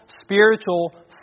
spiritual